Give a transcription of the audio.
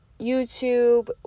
youtube